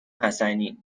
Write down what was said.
حسنی